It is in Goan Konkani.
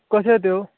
कश्यो त्यो